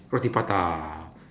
roti prata